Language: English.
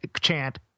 chant